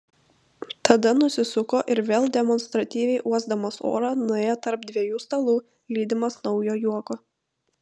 tada nusisuko ir vėl demonstratyviai uosdamas orą nuėjo tarp dviejų stalų lydimas naujo juoko